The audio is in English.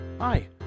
Hi